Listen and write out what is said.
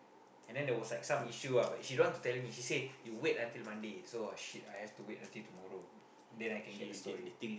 and then there was like some issue ah but she don't want to tell me she say you wait until Monday so !wah! shit I have to wait until tomorrow then I can get the story